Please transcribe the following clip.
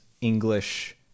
English